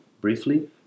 briefly